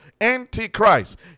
Anti-Christ